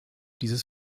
dieses